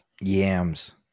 yams